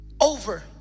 over